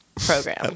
program